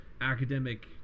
academic